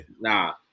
Nah